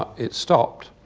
it stopped.